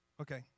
Okay